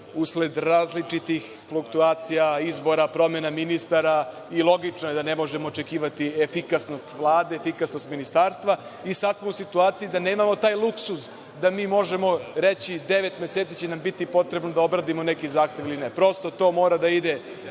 usled različitih situacija, izbora, promena ministara, pa je i logično da ne možemo očekivati efikasnost Vlade, efikasnost ministarstva. Sada smo u situaciji da nemamo taj luksuz da možemo reći – devet meseci će nam biti potrebno da obradimo neki zahtev ili ne. Prosto, to mora da ide